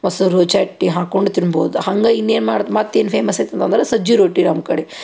ಮೊಸರು ಚಟ್ನಿ ಹಾಕೊಂಡು ತಿನ್ಬೋದು ಹಂಗೆ ಇನ್ನೇನು ಮಾಡಿ ಮತ್ತು ಏನು ಫೇಮಸ್ ಐತಂದ್ರೆ ಸಜ್ಜೆ ರೊಟ್ಟಿ ನಮ್ಮ ಕಡೆ